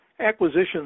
acquisitions